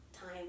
time